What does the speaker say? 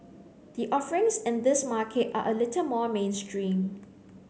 the offerings in this market are a little more mainstream